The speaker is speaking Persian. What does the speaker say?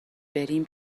بریم